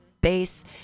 base